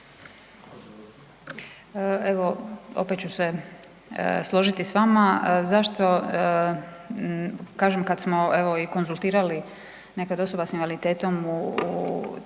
Evo opet ću se složiti s vama. Zašto kažem kad smo i konzultirali nekad osoba s invaliditetom u